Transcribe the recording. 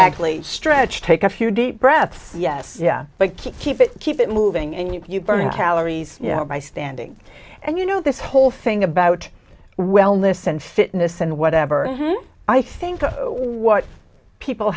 actually stretch take a few deep breaths yes but keep it keep it moving and you burn calories by standing and you know this whole thing about wellness and fitness and whatever i think what people